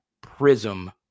Prism